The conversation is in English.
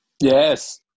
Yes